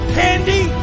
candy